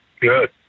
Good